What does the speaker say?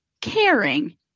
caring